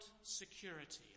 security